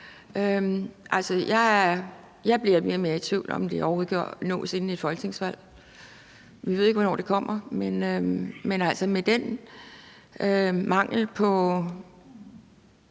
Jeg bliver mere og mere i tvivl om, om det overhovedet kan nås inden et folketingsvalg. Vi ved ikke, hvornår det kommer, men med den mangel på